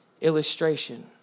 illustration